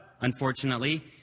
unfortunately